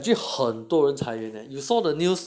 actually 很多人裁员 leh you saw the news